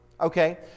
Okay